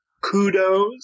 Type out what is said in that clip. kudos